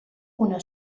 una